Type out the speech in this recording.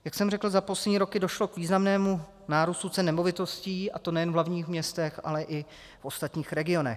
Jak jsem řekl, za poslední roky došlo k významnému nárůstu cen nemovitostí, a to nejen v hlavním městě, ale i v ostatních regionech.